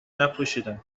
نپوشیدم